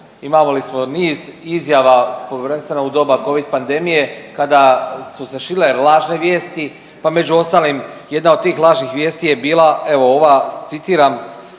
imali smo niz izjava prvenstveno u doba covid pandemije kada su se širile lažne vijesti, pa među ostalim jedna od tih lažnih vijesti je bila evo ova citiram